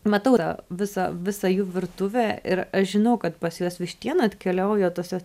matau tą visą visą jų virtuvę ir aš žinau kad pas juos vištiena atkeliauja tuose